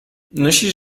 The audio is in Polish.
nosisz